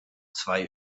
zwei